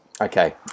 Okay